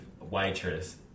waitress